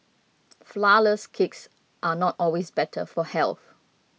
Flourless Cakes are not always better for health